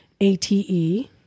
ATE